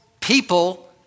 people